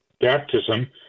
baptism